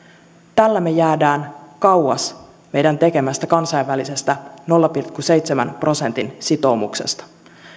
tällä me jäämme kauas meidän tekemästämme kansainvälisestä nolla pilkku seitsemän prosentin sitoumuksesta